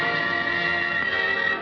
and